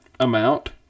amount